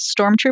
stormtrooper